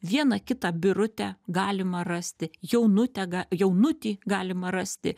vieną kitą birutę galima rasti jaunutę ga jaunutį galima rasti